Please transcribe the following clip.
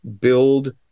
build